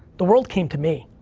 the world came to me.